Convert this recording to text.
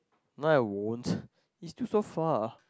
no I won't it's still so far